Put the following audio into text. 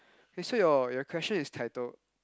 wait so your your question is titled